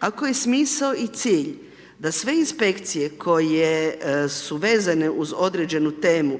Ako je smisao i cilj da sve Inspekcije koje su vezane uz određenu temu